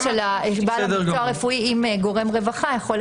של בעל המקצוע הרפואי שיחד עם גורם רווחה,